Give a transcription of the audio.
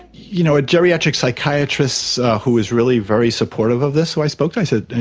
you know, a geriatric psychiatrist who is really very supportive of this who i spoke to, i said,